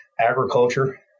agriculture